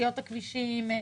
תשתיות הכבישים,